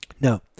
No